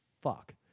fuck